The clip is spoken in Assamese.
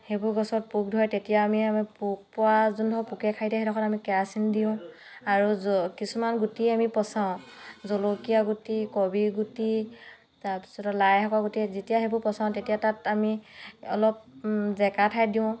সেইবোৰ গছত পোক ধৰে তেতিয়া আমি আমি পোক পৰা যোনডোখৰ পোকে খাই সেইডোখৰত আমি কেৰাচিন দিওঁ আৰু য'ত কিছুমান গুটি আমি পঁচাও জলকীয়া গুটি কবি গুটি তাৰ পাছতে লাই শাকৰ গুটি যেতিয়া সেইবোৰ পঁচাও তেতিয়া তাত আমি অলপ জেকা ঠাইত দিওঁ